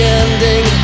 ending